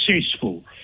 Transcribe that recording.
successful